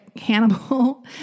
Hannibal